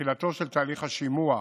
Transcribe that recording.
בתחילתו של תהליך השימוע,